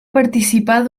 participar